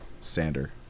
Sander